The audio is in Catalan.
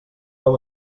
heu